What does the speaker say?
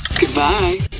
Goodbye